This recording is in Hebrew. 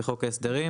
בחוק ההסדרים.